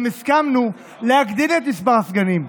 גם הסכמנו להגדיל את מספר הסגנים,